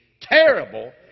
terrible